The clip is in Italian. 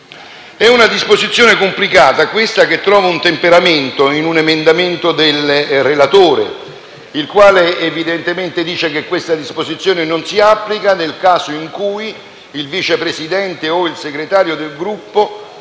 È una disposizione complicata, questa, che trova un temperamento in un emendamento del relatore, il quale dice che la disposizione non si applica nel caso in cui il Vice Presidente o il Segretario entra